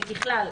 שככלל,